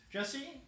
Jesse